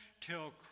till